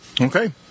Okay